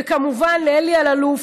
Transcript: וכמובן לאלי אלאלוף,